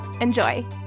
Enjoy